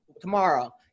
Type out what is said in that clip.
tomorrow